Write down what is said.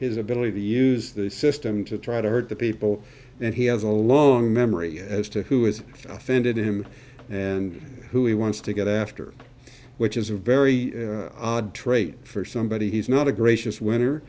his ability to use the system to try to hurt the people and he has a long memory as to who has offended him and who he wants to get after which is a very odd trait for somebody he's not a gracious